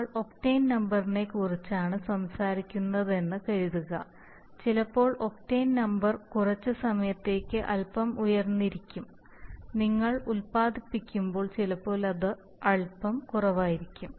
നമ്മൾ ഒക്ടേൻ നമ്പറിനെക്കുറിച്ചാണ് സംസാരിക്കുന്നതെന്ന് കരുതുക ചിലപ്പോൾ ഒക്ടേൻ നമ്പർ കുറച്ച് സമയത്തേക്ക് അൽപ്പം ഉയർന്നതായിരിക്കും നിങ്ങൾ ഉത്പാദിപ്പിക്കുമ്പോൾ ചിലപ്പോൾ അത് അൽപ്പം കുറവായിരിക്കും